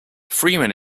freeman